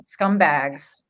scumbags